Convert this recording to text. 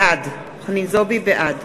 בעד